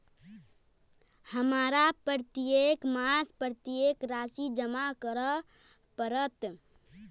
हमरा प्रत्येक मास कत्तेक राशि जमा करऽ पड़त?